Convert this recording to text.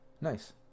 Nice